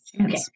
Okay